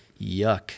Yuck